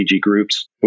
groups